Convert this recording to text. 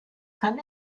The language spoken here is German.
kann